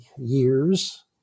years